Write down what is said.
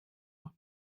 noch